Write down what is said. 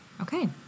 Okay